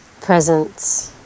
presence